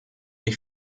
ich